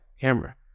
camera